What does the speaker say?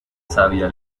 savia